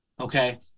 Okay